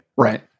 Right